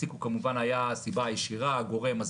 איציק כמובן היה הסיבה הישירה, הגורם, הזרז,